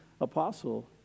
apostle